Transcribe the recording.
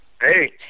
Hey